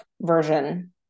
version